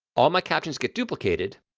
all my captions get duplicated,